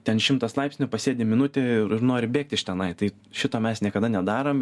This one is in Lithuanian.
ten šimtas laipsnių pasėdi minutę ir ir nori bėgt iš tenai tai šito mes niekada nedarom